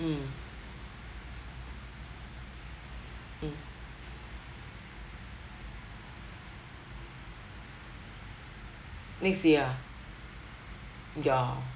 mm mm next year ah ya